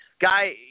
guy